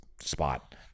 spot